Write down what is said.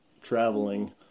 traveling